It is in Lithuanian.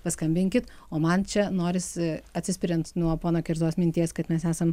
paskambinkit o man čia norisi atsispiriant nuo pono kerzos minties kad mes esam